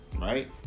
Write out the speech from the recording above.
right